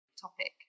topic